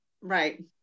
right